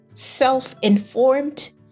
Self-informed